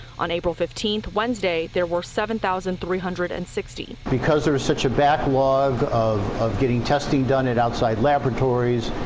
on april fifteenth, wednesday, there were seven thousand three hundred and sixty. because there is such a backlog of getting testing done at outside laboratories,